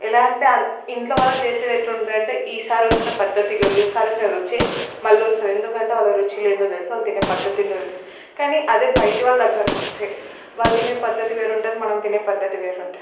ఎలా అంటే ఇంట్లోవాళ్ళకి జేసేది ఎట్టుంటదంటే ఈ సారొచ్చిన పద్దతిలో ఈ సారొచ్చిన రుచే మళ్ళొస్తుంది ఎందుకంటే వాళ్ళకి రుచిలేందో తెలుసు వాళ్ళు తినే పద్దతేంటో తెలుసు కాని అదే బయటివాళ్ళ దగ్గరకొస్తే వాళ్ళు తినే పద్దతి వేరుంటుంది మనం తినే పద్దతి వేరుంటయి